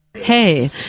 Hey